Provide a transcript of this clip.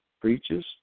preaches